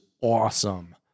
awesome